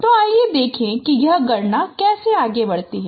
तो आइए देखें कि यह गणना कैसे आगे बढ़ती है